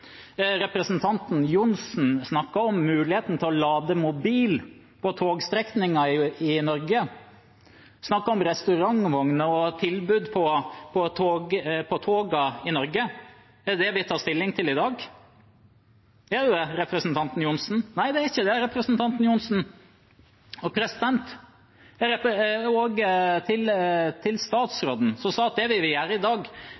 Representanten Johnsen snakket om muligheten til å lade mobilen på togstrekninger i Norge. Han snakket om restaurantvogner og tilbud på togene i Norge. Er det det vi tar stilling til i dag? Er det det, representant Johnsen? Nei, det er ikke det. Og til statsråden, som sa at det vi gjør i dag,